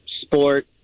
sport